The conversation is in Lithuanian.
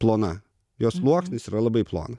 plona jos sluoksnis yra labai plonas